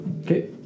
Okay